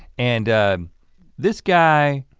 and this guy,